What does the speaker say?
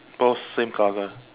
both same colour